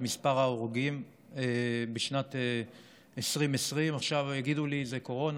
מספר ההרוגים בשנת 2020. עכשיו יגידו לי: זה קורונה,